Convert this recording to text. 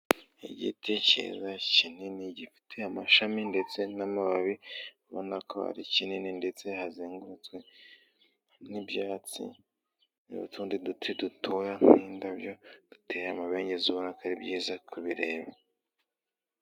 Igiti kiza kinini gifite amashami ndetse n'amababi, ubona ko ari kinini ndetse hazengurutswe n'ibyatsi n'utundi duti dutoya nk'indabyo, duteye amabengeza urabo ko ari byiza kubireba.